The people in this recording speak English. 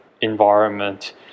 environment